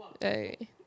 Hey